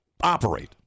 operate